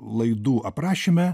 laidų aprašyme